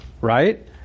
Right